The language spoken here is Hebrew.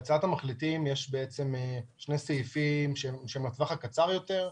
בהצעת המחליטים יש בעצם שני סעיפים לטווח הקצר יותר,